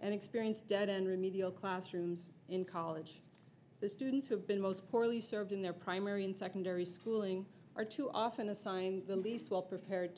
and experience debt in remedial classrooms in college the students have been most poorly served in their primary and secondary schooling are too often assigned the least well prepared